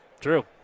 True